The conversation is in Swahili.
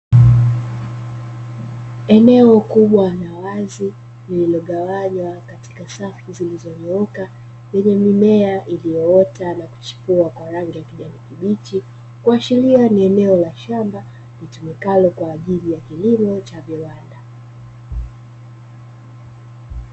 Eneo kubwa la wazi lililogawanywa katika safu zilizonyooka lenye mimea iliyoota na kuchipua kwa rangi ya kijani kibichi, kuashiria ni eneo la shamba litumikalo kwaajili ya kilimo cha viwanda.